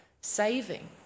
saving